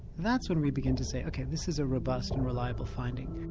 that's when we begin to say, okay, this is a robust and reliable finding.